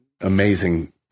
amazing